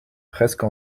presque